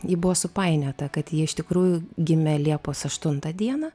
ji buvo supainiota kad ji iš tikrųjų gimė liepos aštuntą dieną